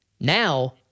Now